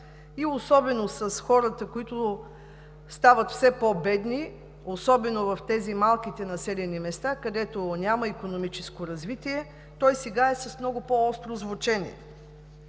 и особено с хората, които стават все по-бедни, особено в тези малките населени места, където няма икономическо развитие, той сега е с много по-остро звучене.